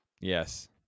Yes